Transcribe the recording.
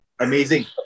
Amazing